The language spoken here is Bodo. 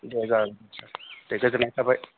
दे जोगोन सार दे गोजोन्नाय थाबाय